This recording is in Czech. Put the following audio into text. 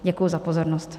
Děkuji za pozornost.